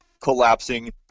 collapsing